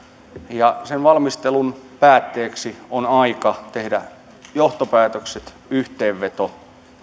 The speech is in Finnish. ja sen valmistelun päätteeksi on aika tehdä johtopäätökset yhteenveto